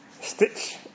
stitch